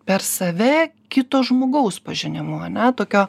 per save kito žmogaus pažinimu ane tokio